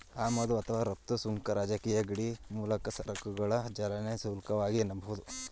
ಆಮದು ಅಥವಾ ರಫ್ತು ಸುಂಕ ರಾಜಕೀಯ ಗಡಿಯ ಮೂಲಕ ಸರಕುಗಳ ಚಲನೆಗೆ ಶುಲ್ಕವಾಗಿದೆ ಎನ್ನಬಹುದು